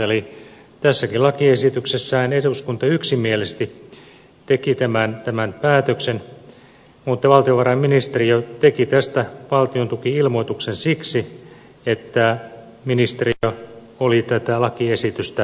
eli tässäkin lakiesityksessään eduskunta yksimielisesti teki tämän päätöksen mutta valtiovarainministeriö teki tästä valtiontuki ilmoituksen siksi että ministeriö oli tätä lakiesitystä vastustanut